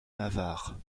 navarre